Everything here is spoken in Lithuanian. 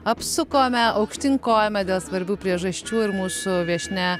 apsukome aukštyn kojom dėl svarbių priežasčių ir mūsų viešnia